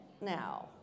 now